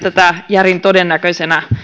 järin todennäköisenä